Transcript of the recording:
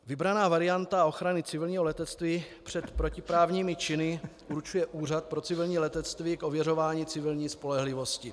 Vybraná varianta ochrany civilního letectví před protiprávními činy určuje Úřad pro civilní letectví k ověřování civilní spolehlivosti.